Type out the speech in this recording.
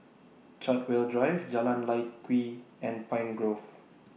Chartwell Drive Jalan Lye Kwee and Pine Grove